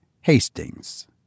Hastings